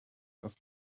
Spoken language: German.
das